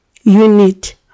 unit